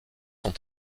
ont